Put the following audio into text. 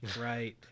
right